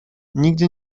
nigdy